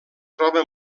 troba